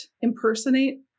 impersonate